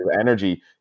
energy